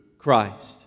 Christ